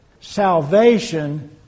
salvation